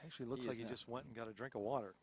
actually looks like you just went and got a drink of water